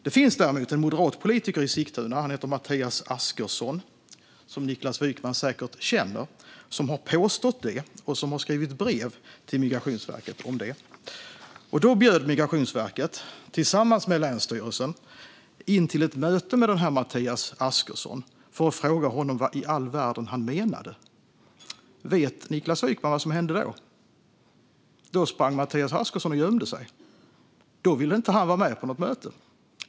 Det finns däremot en moderat politiker i Sigtuna som heter Mattias Askerson - Niklas Wykman känner säkert honom - som har påstått detta och som har skrivit brev till Migrationsverket om det. Migrationsverket bjöd då tillsammans med länsstyrelsen in till ett möte med den här Mattias Askerson för att fråga honom vad i all världen han menade. Vet Niklas Wykman vad som hände då? Då sprang Mattias Askerson och gömde sig. Han vill inte vara med på något möte.